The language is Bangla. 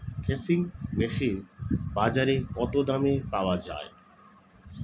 থ্রেসিং মেশিন বাজারে কত দামে পাওয়া যায়?